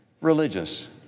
religious